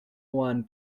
one